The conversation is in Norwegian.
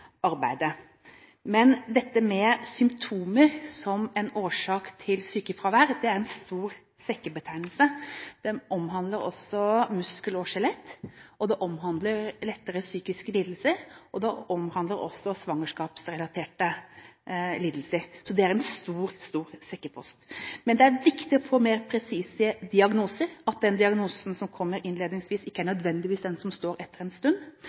arbeidet. Men dette med symptomer som en årsak til sykefravær er en stor sekkebetegnelse. Det omhandler også muskel- og skjelettlidelser, det omhandler lettere psykiske lidelser, og det omhandler svangerskapsrelaterte lidelser. Så det er en stor sekkepost. Men det er viktig å få mer presise diagnoser – at den diagnosen som kommer innledningsvis ikke nødvendigvis er den som står etter en stund.